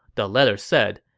the letter said,